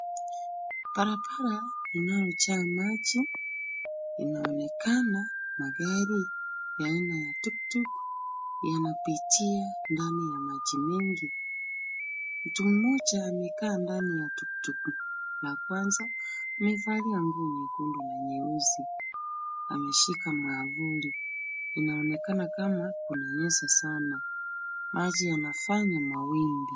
Barabara inayojaa maji, inaonekana magari aina ya Tuktuk yanapitia ndani ya maji mengi. Mtu mmoja amekaa ndani ya Tuktuk ya kwanza. Amevalia nguo ya nyekundu na nyeusi. Ameshika mwavuli. Inaonekana kama kunyesha sana. Maji yanafanya mawimbi.